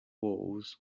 walls